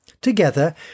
Together